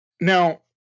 now